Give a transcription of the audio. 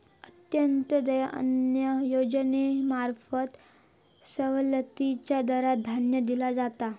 अंत्योदय अन्न योजनेंमार्फत सवलतीच्या दरात धान्य दिला जाता